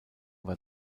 war